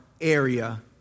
area